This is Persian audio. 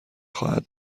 خواهد